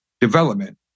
development